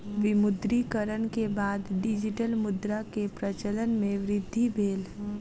विमुद्रीकरण के बाद डिजिटल मुद्रा के प्रचलन मे वृद्धि भेल